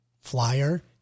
flyer